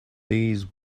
these